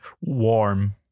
Warm